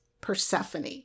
Persephone